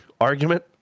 argument